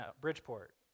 Bridgeport